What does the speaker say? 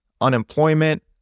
unemployment